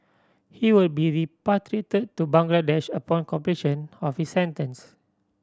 he will be repatriated to Bangladesh upon completion of his sentence